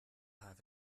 have